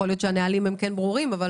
יכול להיות שנהלים ברורים אבל